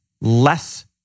less